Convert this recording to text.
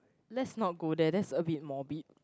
let's not go there that's a bit morbid